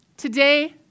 Today